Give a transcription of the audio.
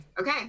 okay